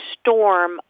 storm